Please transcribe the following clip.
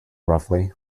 roughly